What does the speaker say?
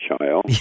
child